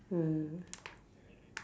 mm